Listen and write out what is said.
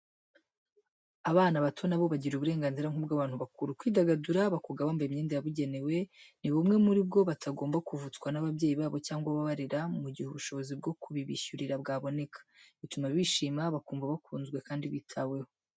Abana bato na bo bagira uburenganzira nk'ubw'abantu bakuru, kwidagadura, bakoga bambaye imyenda yabugenewe, ni bumwe muri bwo batagomba kuvutswa n'ababyeyi babo cyangwa ababarera mu gihe ubushobozi bwo kubishyurira bwaboneka: bituma bishima, bakumva bakunzwe kandi bitaweho,